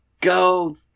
go